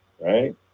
Right